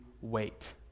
wait